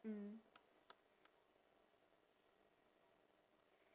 mm